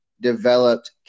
developed